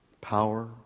power